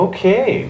Okay